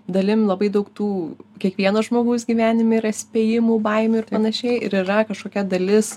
dalim labai daug tų kiekvieno žmogaus gyvenime yra spėjimų baimių ir panašiai ir yra kažkokia dalis